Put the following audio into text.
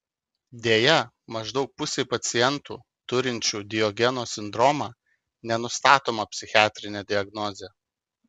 deja maždaug pusei pacientų turinčių diogeno sindromą nenustatoma psichiatrinė diagnozė